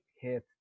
hit